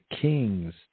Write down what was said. King's